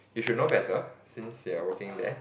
you should know better since you're working there